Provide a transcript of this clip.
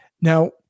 Now